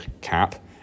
cap